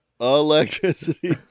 electricity